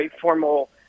formal